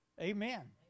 Amen